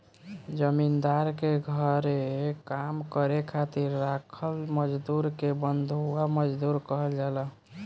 जमींदार के घरे काम करे खातिर राखल मजदुर के बंधुआ मजदूर कहल जाला